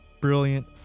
brilliant